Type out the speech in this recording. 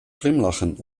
glimlachen